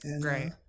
Great